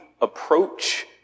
approach